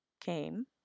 came